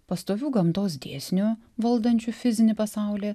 pastovių gamtos dėsnių valdančių fizinį pasaulį